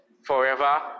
Forever